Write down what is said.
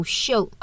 show